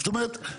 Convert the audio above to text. זאת אומרת, מה?